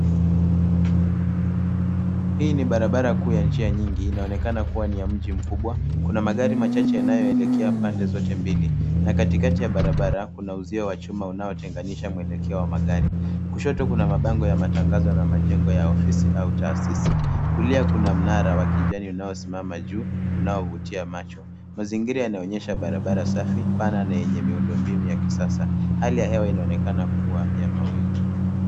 Hii ni barabara kuu ya njia nyingi. Inaonekana kuwa ni wa mji mkubwa. Kuna magari machache yanayoelekea pande zote mbili na katikati ya barabara, kuna uzio wa chuma unaotenganisha mwelekeo wa magari. Kushoto kuna mabango ya matangazo na majengo ya ofisi au taasisi. Kulia kuna mnara wa kijani unaosimama juu unaovutia macho. Mazingira yanaonyesha barabara safi, pana na yenye miundo mbinu ya kisasa. Hali ya hewa inaonekana kuwa ya mawingu.